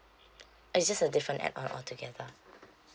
it's just a different add on altogether